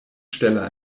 stella